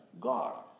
God